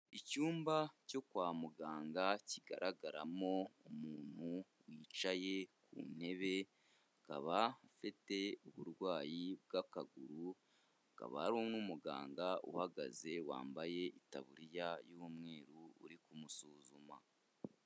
Icyumba cyo kwa muganga kigaragaramo umuntu wicaye ku ntebe akaba afite uburwayi bw'akaguru, hakaba hari n'umuganga uhagaze wambaye itaburiya y'umweru, uri kumusuzuma.